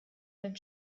beim